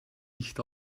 nicht